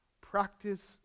practice